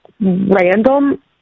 random